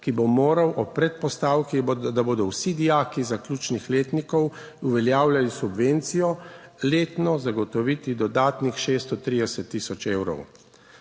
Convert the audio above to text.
ki bo moral ob predpostavki, da bodo vsi dijaki zaključnih letnikov uveljavljali subvencijo, letno zagotoviti dodatnih 630000 evrov.